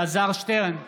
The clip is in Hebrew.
אלעזר שטרן,